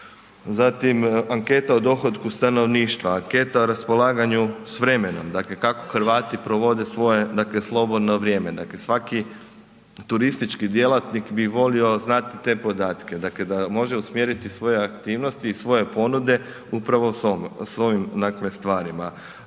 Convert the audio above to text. zatim anketa o dohotku stanovništva, anketa o raspolaganju sa vremenom. Dakle kako Hrvati provode svoje, dakle slobodno vrijeme. Dakle svaki turistički djelatnik bi volio znati te podatke dakle da može usmjeriti svoje aktivnosti i svoje ponude upravo s ovim stvarima.